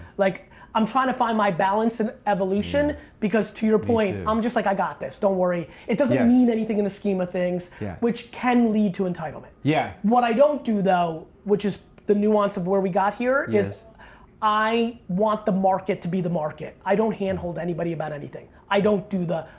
like i'm trynna find my balance and evolution because to your point, i'm just like i got this, don't worry. it doesn't mean anything in the scheme of things yeah which can lead to entitlement. yeah what i don't do though, which is the nuance of where we got here, is i want the market to be the market. i don't handhold anybody about anything. i don't do the,